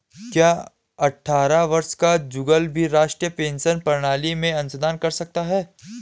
क्या अट्ठारह वर्ष का जुगल भी राष्ट्रीय पेंशन प्रणाली में अंशदान कर सकता है?